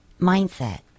mindset